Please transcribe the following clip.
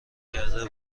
کرده